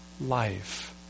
life